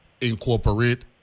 incorporate